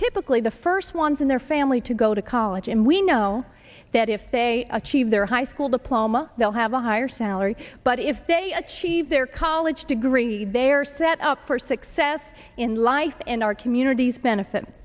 typically the first ones in their family to go to college and we know that if they achieve their high school diploma they'll have a higher salary but if they achieve their college degree they're set up for success in life and our communities benefit